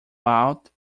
out